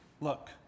look